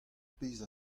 pezh